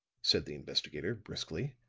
said the investigator, briskly.